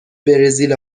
برزیل